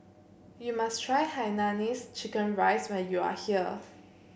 you must try Hainanese Chicken Rice when you are here